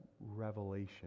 revelation